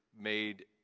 made